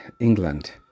england